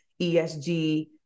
ESG